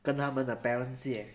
跟他们 the parents 借